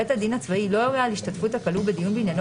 בית הדין הצבאי לא יורה על השתתפות הכלוא בדיון בעניינו